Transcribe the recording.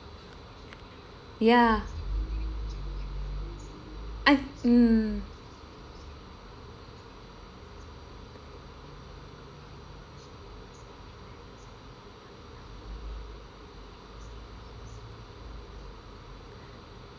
ya I um